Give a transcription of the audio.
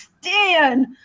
stand